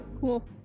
Cool